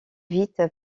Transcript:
vite